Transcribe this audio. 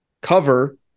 cover